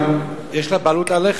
גם יש לה בעלות עליך,